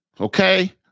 Okay